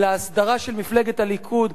אלא הסדרה של מפלגת הליכוד,